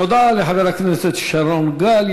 תודה לחבר הכנסת שרון גל.